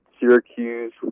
Syracuse